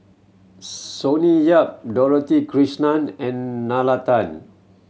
Sonny Yap Dorothy Krishnan and Nalla Tan